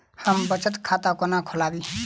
हम बचत खाता कोना खोलाबी?